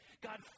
God